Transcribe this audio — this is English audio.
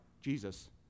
Jesus